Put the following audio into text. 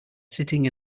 sitting